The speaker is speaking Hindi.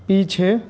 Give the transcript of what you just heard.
पीछे